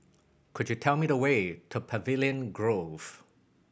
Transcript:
could you tell me the way to Pavilion Grove